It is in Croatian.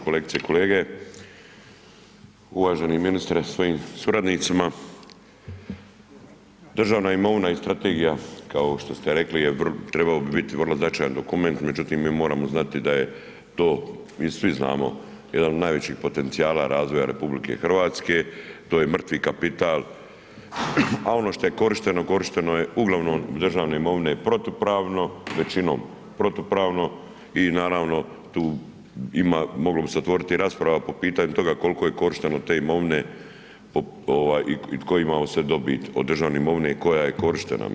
Kolegice i kolege, uvaženi ministre sa svojim suradnicima, državna imovina je strategija kao što ste rekli, trebao bi biti vrlo značajan dokument, međutim mi moramo znati da je to, mi svi znamo, jedan od najvećih potencijala razvoja RH, to je mrtvi kapital, a ono što je korišteno, korišteno je uglavnom državne imovine protupravno, većinom protupravno i naravno tu ima, moglo bi se otvoriti rasprava po pitanju toga koliko je korišteno te imovine i tko je imao sve dobit od državne imovine koja je korištena.